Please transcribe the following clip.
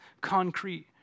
concrete